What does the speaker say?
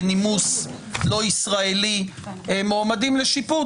בנימוס לא ישראלי - מועמדים לשיפוט,